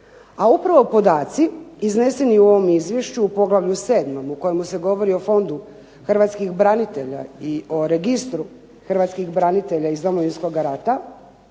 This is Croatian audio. A upravo podaci izneseni u ovom Izvješću u poglavlju 7. u kojemu se govori o Fondu hrvatskih branitelja i o registru hrvatskih branitelja iz Domovinskoga rata,